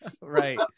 Right